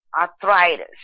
arthritis